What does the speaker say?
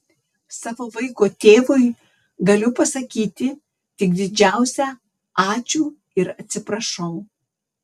savo vaiko tėvui galiu pasakyti tik didžiausią ačiū ir atsiprašau